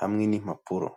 hamwe n'impapuro.